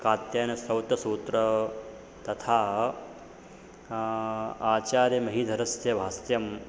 कात्यायनश्रौतसूत्रं तथा आचार्यमहीधरस्य भाष्यं